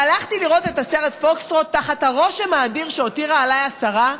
הלכתי לראות את הסרט "פוקסטרוט" תחת הרושם האדיר שהותירה עליי השרה,